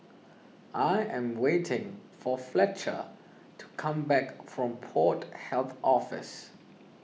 I am waiting for Fletcher to come back from Port Health Office